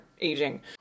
aging